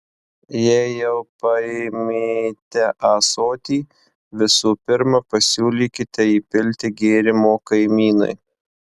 jei jau paėmėte ąsotį visų pirma pasiūlykite įpilti gėrimo kaimynui